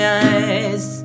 eyes